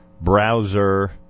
browser